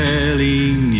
Telling